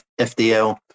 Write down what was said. FDL